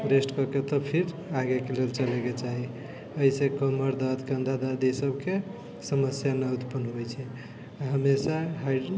rest करिके तब फिर आगेके लेल चलैके चाही जइसे कमर दर्द कन्धा दर्द इसभके समस्या न उत्पन्न होइ छै हमेशा